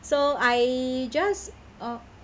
so I just uh